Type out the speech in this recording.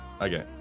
Okay